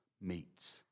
meets